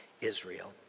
Israel